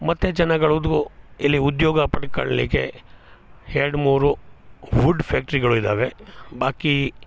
ಮತ್ತು ಜನಗಳದ್ದು ಇಲ್ಲಿ ಉದ್ಯೋಗ ಪಡ್ಕಳ್ಳಿಕೆ ಎರಡು ಮೂರು ಫುಡ್ ಫ್ಯಾಕ್ಟ್ರಿಗಳು ಇದಾವೆ ಬಾಕಿ